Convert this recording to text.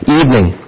evening